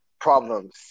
problems